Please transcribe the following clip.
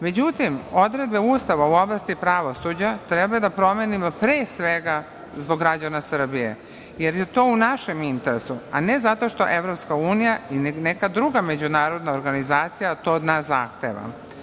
Međutim, odredbe Ustava u oblasti pravosuđa treba da promenimo, pre svega zbog građana Srbije, jer je to u našem interesu, a ne zato što EU i neka druga međunarodna organizacija to od nas zahteva.